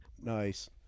Nice